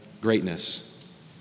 greatness